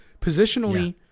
positionally